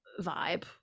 vibe